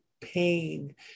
pain